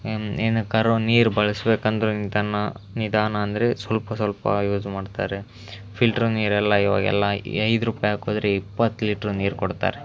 ಏನು ಏನಕ್ಕಾದ್ರು ನೀರು ಬಳಸಬೇಕು ಅಂದರೂ ನಿಧಾನ ನಿಧಾನ ಅಂದರೆ ಸ್ವಲ್ಪ ಸ್ವಲ್ಪ ಯೂಸ್ ಮಾಡ್ತಾರೆ ಫಿಲ್ಟ್ರ್ ನೀರೆಲ್ಲ ಇವಾಗೆಲ್ಲ ಈ ಐದು ರುಪಾಯಿ ಹಾಕಿದರೆ ಇಪ್ಪತ್ತು ಲೀಟ್ರ್ ನೀರು ಕೊಡುತ್ತಾರೆ